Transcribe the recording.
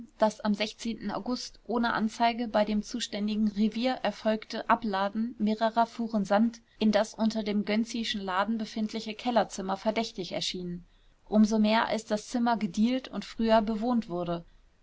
das am august ohne anzeige bei dem zuständigen revier erfolgte abladen mehrerer fuhren sand in das unter dem gönczischen laden befindliche kellerzimmer verdächtig erschienen um so mehr als das zimmer gedielt und früher bewohnt wurde